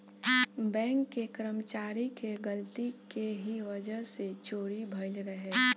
bank के कर्मचारी के गलती के ही वजह से चोरी भईल रहे